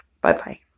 Bye-bye